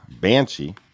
banshee